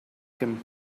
him